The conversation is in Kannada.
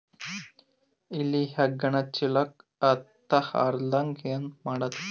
ಇಲಿ ಹೆಗ್ಗಣ ಚೀಲಕ್ಕ ಹತ್ತ ಲಾರದಂಗ ಏನ ಮಾಡದ?